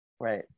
right